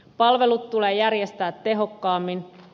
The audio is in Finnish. palvelut tulee järjestää tehokkaammin